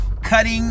cutting